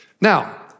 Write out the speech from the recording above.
Now